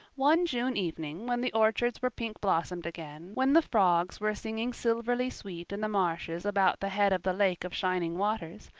one june evening, when the orchards were pink blossomed again, when the frogs were singing silverly sweet in the marshes about the head of the lake of shining waters,